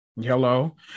Hello